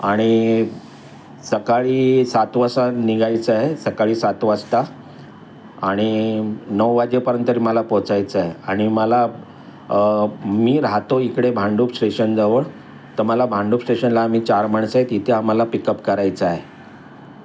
आणि सकाळी सात वाजता निघायचं आहे सकाळी सात वाजता आणि नऊ वाजेपर्यंतरी मला पोचायचं आहे आणि मला मी राहतो इकडे भांडूप स्टेशनजवळ तर मला भांडूप स्टेशनला आम्ही चार माणसं आहे तिथे आम्हाला पिकअप करायचं आहे